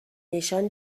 نشان